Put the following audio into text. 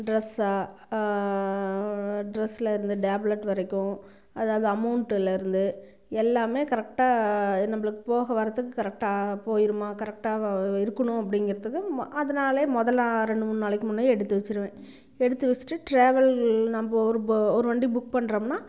ட்ரெஸ்ஸா ட்ரெஸ்லிருந்து டேப்லட் வரைக்கும் அதாவது அமெளண்ட்டுலிருந்து எல்லாமே கரெக்டாக நம்மளுக்கு போக வரத்துக்கு கரெக்டாக போயிருமா கரெக்டாக இருக்கணும் அப்படிங்கிறதுக்கும் அதனாலே மொதல் ரெண்டு மூணு நாளைக்கு முன்னயே எடுத்து வச்சுருவேன் எடுத்து வச்சுட்டு ட்ராவல் நம்ம ஒரு ப ஒரு வண்டி புக் பண்ணுறோம்ன்னா